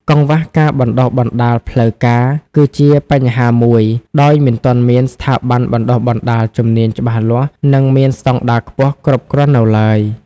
កង្វះការបណ្តុះបណ្តាលផ្លូវការ គឺជាបញ្ហាមួយ ដោយមិនទាន់មានស្ថាប័នបណ្តុះបណ្តាលជំនាញច្បាស់លាស់ និងមានស្តង់ដារខ្ពស់គ្រប់គ្រាន់នៅឡើយ។